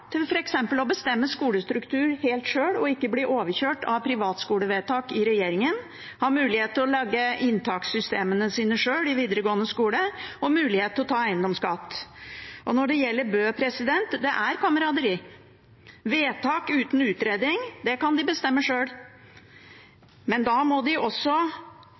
til f.eks. å bestemme skolestruktur helt sjøl og ikke bli overkjørt av privatskolevedtak i regjeringen, til å ha mulighet til å lage inntakssystemene sine sjøl i videregående skole og til å ta eiendomsskatt. Og når det gjelder Bø: Det er kameraderi. Vedtak uten utredning kan de bestemme sjøl, men da må de også